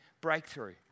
breakthrough